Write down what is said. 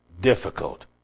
difficult